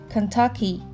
Kentucky